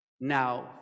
Now